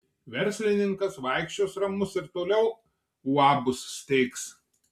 verslininkas vaikščios ramus ir toliau uabus steigs